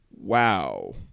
wow